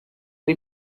ari